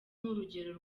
nk’urugero